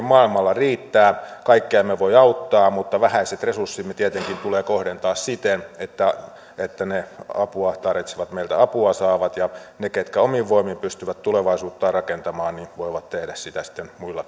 maailmalla riittää kaikkia emme voi auttaa mutta vähäiset resurssimme tietenkin tulee kohdentaa siten että että ne apua tarvitsevat meiltä apua saavat ja ne ketkä omin voimin pystyvät tulevaisuuttaan rakentamaan voivat tehdä sitä sitten muilla